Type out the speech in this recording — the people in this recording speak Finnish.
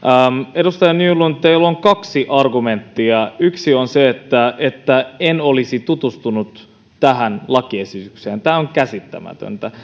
edustaja nylund teillä on kaksi argumenttia yksi on se että että en olisi tutustunut tähän lakiesitykseen tämä on käsittämätöntä